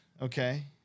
Okay